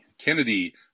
Kennedy